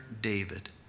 David